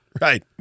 right